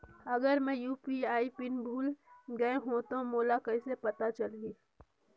अगर मैं UPI PIN भुल गये हो तो मोला कइसे पता चलही?